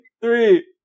Three